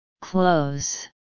Close